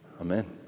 Amen